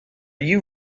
you